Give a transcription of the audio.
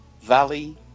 Valley